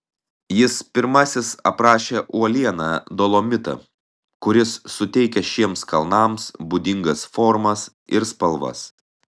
jis pirmasis aprašė uolieną dolomitą kuris suteikia šiems kalnams būdingas formas ir spalvas